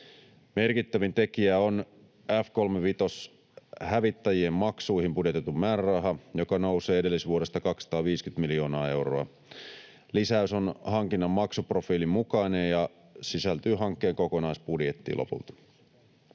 Merkittävin tekijä on F-kolmevitoshävittäjien maksuihin budjetoitu määräraha, joka nousee edellisvuodesta 250 miljoonaa euroa. Lisäys on hankinnan maksuprofiilin mukainen ja sisältyy hankkeen kokonaisbudjettiin lopulta.